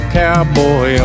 cowboy